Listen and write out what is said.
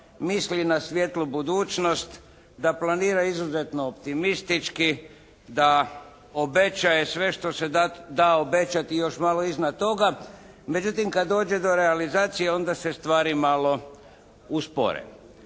misli na svijetlu budućnost, da planira izuzetno optimistički, da obećaje sve što se da obećati i još malo iznad toga. Međutim, kad dođe do realizacije onda se stvari malo uspore.